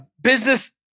business